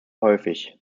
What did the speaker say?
häufig